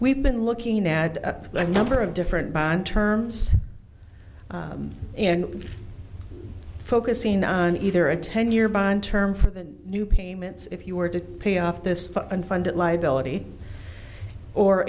we've been looking at the number of different bond terms and focusing on either a ten year bond term for the new payments if you were to pay off this unfunded liability or